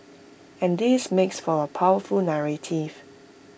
and this makes for A powerful narrative